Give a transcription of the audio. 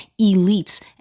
elites